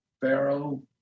pharaoh